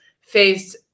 faced